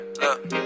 look